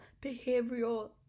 behavioral